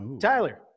Tyler